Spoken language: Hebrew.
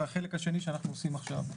והחלק השני שאנחנו עושים עכשיו.